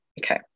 Okay